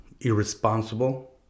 irresponsible